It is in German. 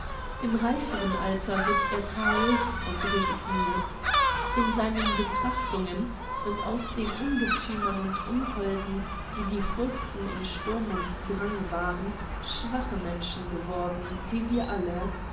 im reiferen alter resigniert er in seinen betrachtungen sind aus den ungetümen und unholden die die fürsten im sturm und drang waren schwache menschen geworden wie wir alle